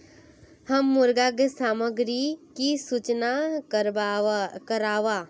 हम मुर्गा सामग्री की सूचना करवार?